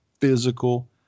physical